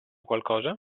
qualcosa